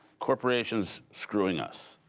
corporations screwing us.